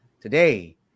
Today